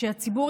שהציבור,